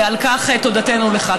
ועל כך תודתנו לך.